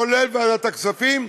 כולל ועדת הכספים,